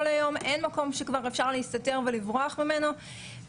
זה פגיעה בדימוי גוף ובדימוי עצמי,